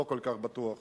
לא כל כך בטוח.